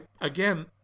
Again